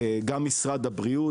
גם משרד הבריאות,